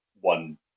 one